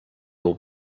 will